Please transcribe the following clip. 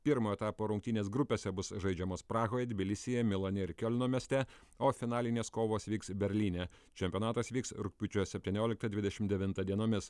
pirmo etapo rungtynės grupėse bus žaidžiamos prahoje tbilisyje milane ir kiolno mieste o finalinės kovos vyks berlyne čempionatas vyks rugpjūčio septynioliktą dvidešim devintą dienomis